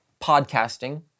podcasting